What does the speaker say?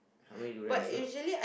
how many durians it's not